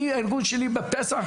אני הארגון שלי בפסח,